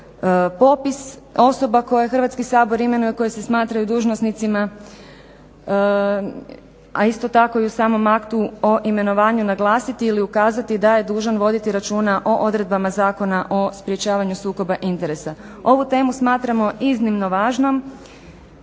popis osoba koje Hrvatski sabor imenuje i koje se smatraju dužnosnicima, a isto tako i u samom aktu o imenovanju naglasiti ili ukazati da je dužan voditi računa o odredbama Zakona o sprečavanju sukoba interesa. Ovu temu smatramo iznimno važnom